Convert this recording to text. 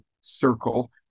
circle